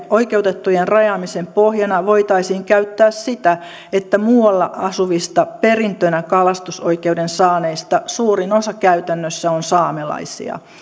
oikeutettujen rajaamisen pohjana voitaisiin käyttää sitä että muualla asuvista perintönä kalastusoikeuden saaneista käytännössä suurin osa on saamelaisia